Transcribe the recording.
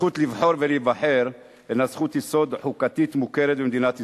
הזכות לבחור ולהיבחר הינה זכות יסוד חוקתית מוכרת במדינת ישראל.